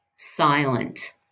Silent